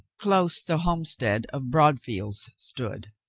close the homestead of broad fields stood.